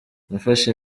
nafashe